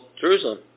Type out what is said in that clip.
Jerusalem